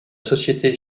société